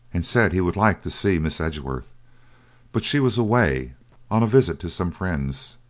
and said he would like to see miss edgeworth but she was away on a visit to some friends.